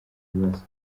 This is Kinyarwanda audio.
bibazo